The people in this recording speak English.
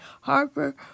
Harper